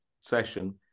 session